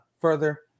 further